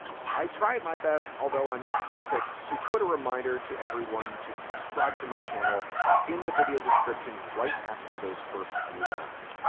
i tried my best, although i'm not perfect, to put a reminder to everyone to subscribe to my channel in the video description right after those first few lines.